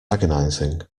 agonizing